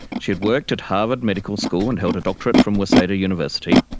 she had worked at harvard medical school and held a doctorate from waseda university.